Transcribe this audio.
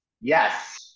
Yes